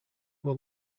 will